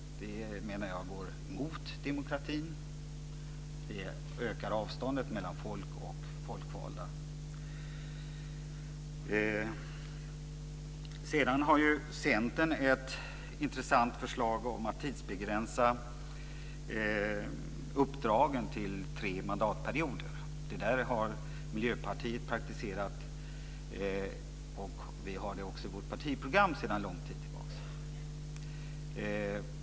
Det menar jag går emot demokratin. Det ökar avståndet mellan folk och folkvalda. Sedan har Centern ett intressant förslag om att tidsbegränsa uppdragen till tre mandatperioder. Detta har Miljöpartiet praktiserat, och vi har det också i vårt partiprogram sedan lång tid tillbaka.